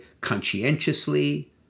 conscientiously